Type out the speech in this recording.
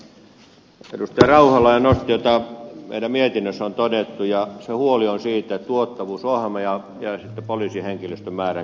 rauhala jo nosti joka meidän mietinnössämme on todettu ja se huoli on siitä tuottavuusohjelmasta ja sitten poliisin henkilöstömäärän kehityksestä